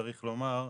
צריך לומר,